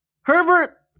Herbert